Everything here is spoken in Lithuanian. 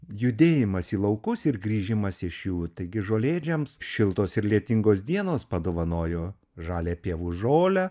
judėjimas į laukus ir grįžimas iš jų taigi žolėdžiams šiltos ir lietingos dienos padovanojo žalią pievų žolę